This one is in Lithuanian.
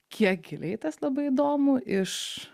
kiek giliai tas labai įdomu iš